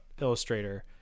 illustrator